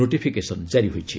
notification ଜାରି ହୋଇଛି